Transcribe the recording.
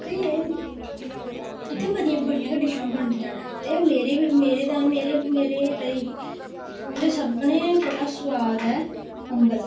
केह् ऐ इत्थै मतियां बड़ियां गै डिशां बनदियां ने ते मेरे गै मेरे मेरे मेरे तांई मेरे मेरे लेई उ'नें सभनें कोला सुआद ऐ अम्बल